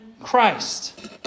Christ